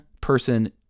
person